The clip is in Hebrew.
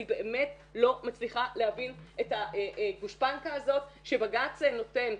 אני באמת לא מצליחה להבין את הגושפנקא הזאת שבג"ץ נותן.